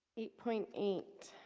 eight point eight.